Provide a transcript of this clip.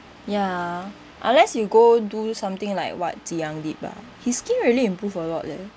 ya unless you go do something like what Tze Yang did ah his skin really improves a lot leh